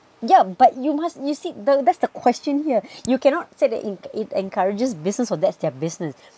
yeah but you must you see that's the question here you cannot say that it it encourages business for that's their business